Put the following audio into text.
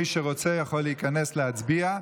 מי שרוצה יכול להיכנס להצביע.